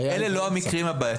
אלה לא המקרים הבעייתיים.